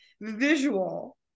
visual